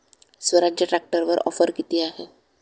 स्वराज्य ट्रॅक्टरवर ऑफर किती आहे?